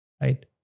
right